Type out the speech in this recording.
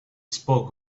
spoke